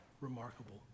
remarkable